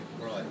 Right